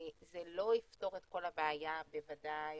זה לא יפתור את הבעיה בוודאי,